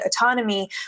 autonomy